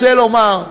רוצה לומר,